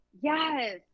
yes